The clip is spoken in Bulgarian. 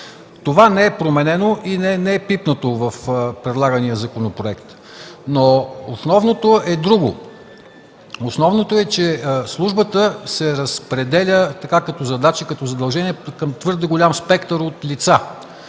Това не е променено и не е пипнато в предлагания законопроект, но основното е друго – основното е, че на службата се разпределят като задачи, като задължения твърде голям спектър от лица.